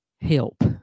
help